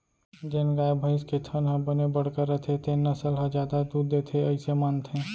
जेन गाय, भईंस के थन ह बने बड़का रथे तेन नसल ह जादा दूद देथे अइसे मानथें